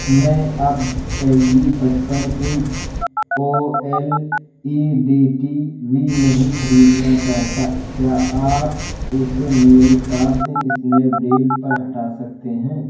میں اب ایل جی پچپن inch OLED TV نہیں خریدنا چاہتا کیا آپ اسے میری کارڈ سے اسنیپ ڈیل پر ہٹا سکتے ہیں